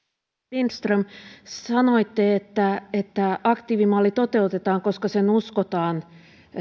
lindström sanoitte että aktiivimalli toteutetaan koska sen uskotaan